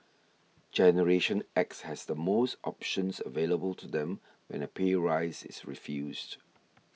generation X has the most options available to them when a pay rise is refused